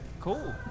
Cool